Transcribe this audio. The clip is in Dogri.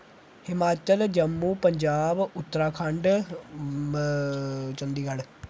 हिमाचल जम्मू पंजाब उत्तराखंड चंडीगढ़